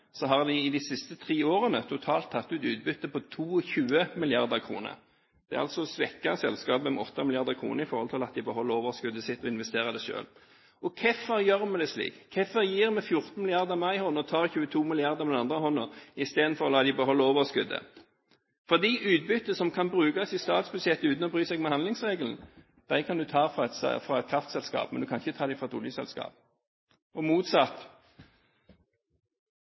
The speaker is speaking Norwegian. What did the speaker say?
de siste tre årene totalt tatt ut et utbytte på 22 mrd. kr. Man har altså svekket selskapet med 8 mrd. kr i forhold til at de beholder overskuddet sitt og investerer det selv. Hvorfor gjør vi det slik? Hvorfor gir vi 14 mrd. kr med den ene hånden og tar 22 mrd. kr med den andre hånden, i stedet for å la dem beholde overskuddet? Utbytte som kan brukes i statsbudsjettet uten å bry seg om handlingsregelen, kan man ta fra et kraftselskap, men man kan ikke ta det fra et oljeselskap, og motsatt.